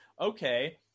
okay